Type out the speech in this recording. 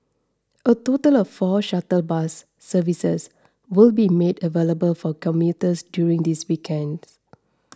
a total of four shuttle bus services will be made available for commuters during these weekends